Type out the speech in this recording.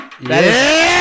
Yes